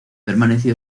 permaneció